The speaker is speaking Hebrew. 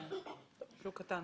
שוק קטן,